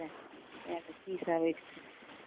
की सभ एहिठाम